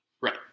Right